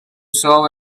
serve